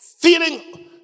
feeling